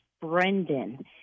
Brendan